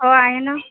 हो आहे ना